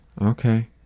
Okay